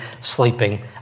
sleeping